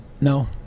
No